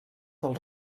del